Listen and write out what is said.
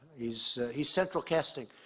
he's he's central casting.